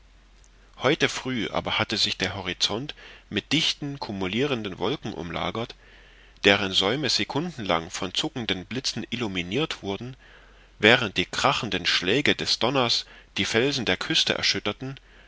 heute früh aber hatte sich der horizont mit dichten cumulirenden wolken umlagert deren säume sekundenlang von zuckenden blitzen illuminirt wurden während die krachenden schläge des donners die felsen der küste erschütterten